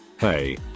Hey